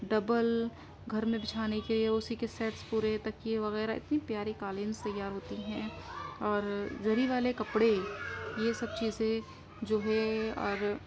double گھر میں بچھانے کے لیے اسی کے سیٹس پورے تکیے وغیرہ اتنی پیاری قالینس تیار ہوتی ہیں اور زری والے کپڑے یہ سب چیزیں جو ہے اور